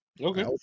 Okay